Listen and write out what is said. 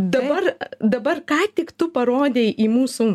dabar dabar ką tik tu parodei į mūsų